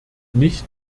nicht